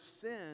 sin